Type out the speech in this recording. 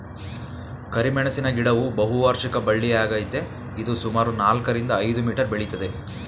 ಕರಿಮೆಣಸಿನ ಗಿಡವು ಬಹುವಾರ್ಷಿಕ ಬಳ್ಳಿಯಾಗಯ್ತೆ ಇದು ಸುಮಾರು ನಾಲ್ಕರಿಂದ ಐದು ಮೀಟರ್ ಬೆಳಿತದೆ